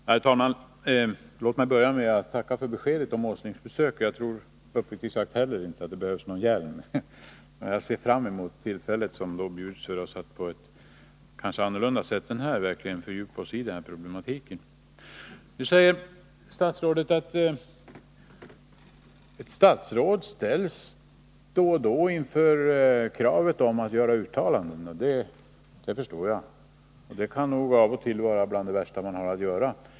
Herr talman! Låt mig börja med att tacka för beskedet om Nils Åslings besök. Uppriktigt sagt tror inte heller jag att det behövs någon hjälm. Jag ser fram emot det tillfälle som då erbjuds att på ett kanske annat sätt än som är möjligt här fördjupa sig i denna problematik. Statsrådet sade att ett statsråd då och då ställs inför kravet att göra uttalanden. Det förstår jag, och det kan nog ibland höra till det värsta som man måste göra.